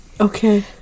Okay